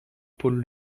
paul